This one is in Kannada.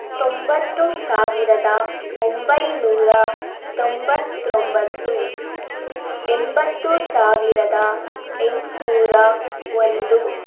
ತೊಂಬತ್ತು ಸಾವಿರದ ಒಂಬೈನೂರ ತೊಂಬತ್ತೊಂಬತ್ತು ಎಂಬತ್ತು ಸಾವಿರದ ಎಂಟ್ನೂರ ಒಂದು